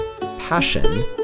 passion